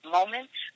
Moments